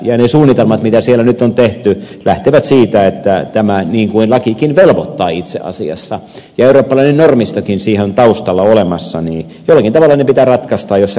ja ne suunnitelmat mitä siellä nyt on tehty lähtevät siitä että tämä niin kuin lakikin itse asiassa velvoittaa ja eurooppalainen normistokin siihen on taustalla olemassa pitää jollakin tavalla ratkaista